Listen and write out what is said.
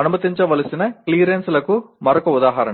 అనుమతించవలసిన క్లియరెన్స్లకు మరొక ఉదాహరణ